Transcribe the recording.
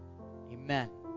Amen